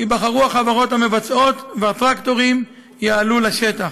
ייבחרו החברות המבצעות והטרקטורים יעלו לשטח.